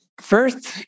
First